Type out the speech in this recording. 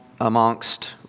amongst